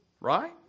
Right